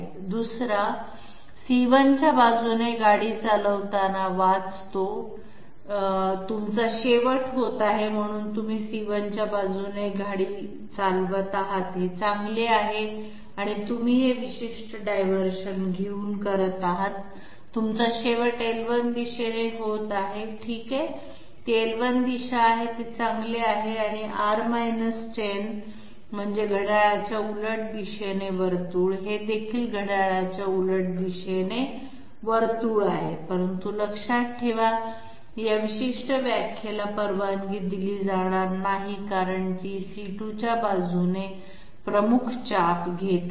दुसरा दुसरा c1 च्या बाजूने गाडी चालवताना वाचतो तुमचा शेवट होत आहे म्हणून तुम्ही c1 च्या बाजूने गाडी चालवत आहात हे चांगले आहे आणि तुम्ही हे विशिष्ट डायव्हर्शन घेऊन शेवट करत आहात तुमचा शेवट l1 दिशेने होत आहे ठीक आहे ती l1 दिशा आहे ते चांगले आहे आणि r 10 म्हणजे घड्याळाच्या उलट दिशेने वर्तुळ हे देखील घड्याळाच्या उलट दिशेने वर्तुळ आहे परंतु लक्षात ठेवा या विशिष्ट व्याख्येला परवानगी दिली जाणार नाही कारण ती c2 च्या बाजूने प्रमुख आर्क घेत आहे